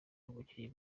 umukinyi